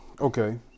okay